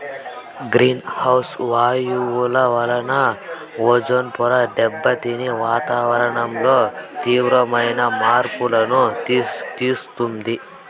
green house వాయువుల వలన ozone పొర దెబ్బతిని వాతావరణంలో తీవ్రమైన మార్పులను తెస్తుంది